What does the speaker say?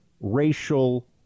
racial